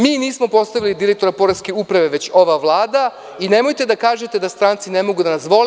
Mi nismo postavili direktora poreske uprave već ova vlada i nemojte da kažete da stranci ne mogu da nas vole.